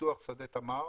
פיתוח שדה תמר.